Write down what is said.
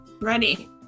Ready